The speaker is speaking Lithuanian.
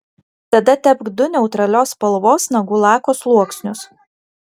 tada tepk du neutralios spalvos nagų lako sluoksnius